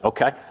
Okay